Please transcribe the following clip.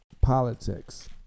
politics